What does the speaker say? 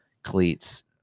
cleats